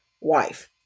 wife